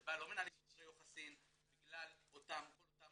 שבה לא מנהלים קשרי יוחסין בגלל כל אותם